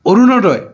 Orunodoi